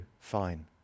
Fine